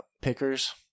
Pickers